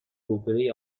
روبهروی